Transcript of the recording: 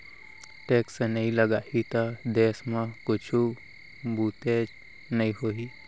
tax नइ लगाही त देस म कुछु बुतेच नइ होही